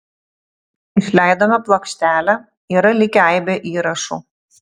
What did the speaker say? išleidome plokštelę yra likę aibė įrašų